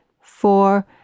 four